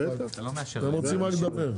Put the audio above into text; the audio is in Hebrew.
רוצים רק לדבר.